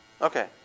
Okay